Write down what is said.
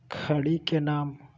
खड़ी के नाम?